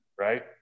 right